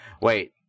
Wait